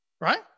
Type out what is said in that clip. right